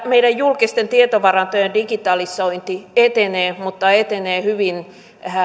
meidän julkisten tietovarantojen digitalisointi etenee mutta etenee hyvin